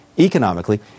economically